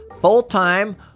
full-time